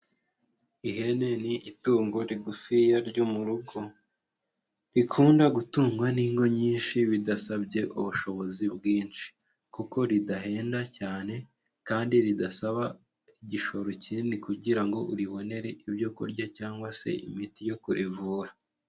Ihene ni itungo rigufiya ryo mu rugo rikunda gutungwa n'ingo nyinshi bidasabye ubushobozi bwinshi, kuko ridahenda cyane kandi ridasaba igishoro kinini kugira ngo uribonere ibyokurya cyangwa se imiti yo kurivura.